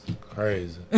Crazy